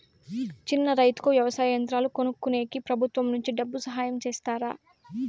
చిన్న రైతుకు వ్యవసాయ యంత్రాలు కొనుక్కునేకి ప్రభుత్వం నుంచి డబ్బు సహాయం చేస్తారా?